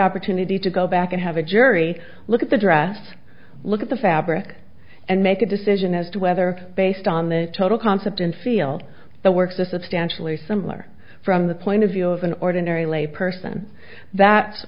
opportunity to go back and have a jury look at the dress look at the fabric and make a decision as to whether based on the total concept and feel the works this is stan chalet similar from the point of view of an ordinary lay person that